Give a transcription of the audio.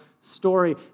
story